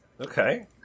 Okay